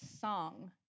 song